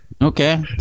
Okay